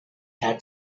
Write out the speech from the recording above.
had